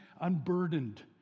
unburdened